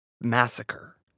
Massacre